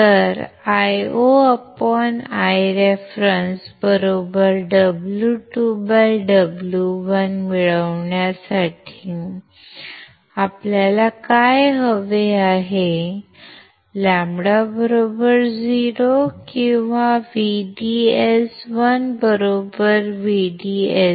तर IoIreference W2W1 मिळवण्यासाठी आपल्याला काय हवे आहे λ0 किंवा VDS1VDS2